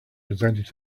presented